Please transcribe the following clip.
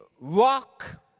rock